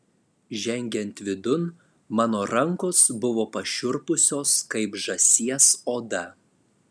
žengiant vidun mano rankos buvo pašiurpusios kaip žąsies oda